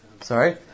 Sorry